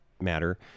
matter